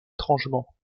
étrangement